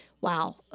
Wow